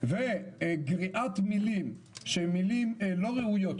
וגריעת מילים שהן מילים לא ראויות,